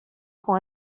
com